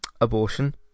abortion